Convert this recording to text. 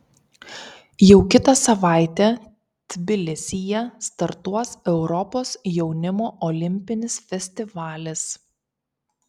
jau kitą savaitę tbilisyje startuos europos jaunimo olimpinis festivalis